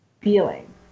feeling